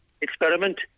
experiment